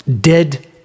Dead